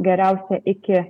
geriausia iki